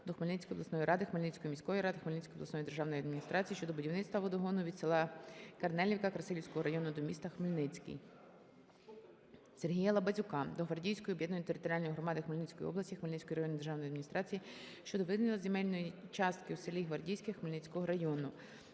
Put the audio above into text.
до Хмельницької обласної ради, Хмельницької міської ради, Хмельницької обласної державної адміністрації щодо будівництва водогону від села Чернелівка Красилівського району до міста Хмельницький. Сергія Лабазюка до Гвардійської об'єднаної територіальної громади Хмельницької області, Хмельницької районної державної адміністрації щодо виділення земельної частки у селі Гвардійське Хмельницького району.